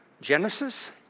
Genesis